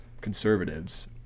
conservatives